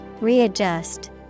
Readjust